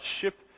ship